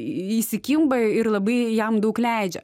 įsikimba ir labai jam daug leidžia